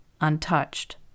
untouched